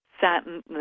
satin